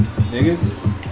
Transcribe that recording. Niggas